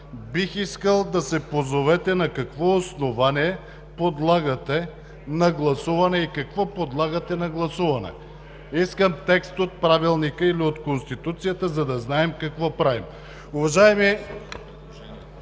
Бих искал да се позовете на какво основание подлагате на гласуване и какво подлагате на гласуване? Искам текст от Правилника или от Конституцията, за да знаем какво правим.